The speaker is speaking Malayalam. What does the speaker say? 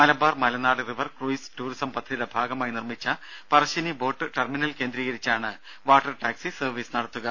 Malabar Malanad river cruise tourism പദ്ധതിയുടെ ഭാഗമായി നിർമ്മിച്ച പറശ്ശിനി ബോട്ട് ടെർമിനൽ കേന്ദ്രീകരിച്ചാണ് വാട്ടർ ടാക്സി സർവ്വീസ് നടത്തുക